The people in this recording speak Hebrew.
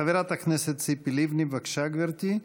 חברת הכנסת ציפי לבני, בבקשה, גברתי.